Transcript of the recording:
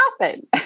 often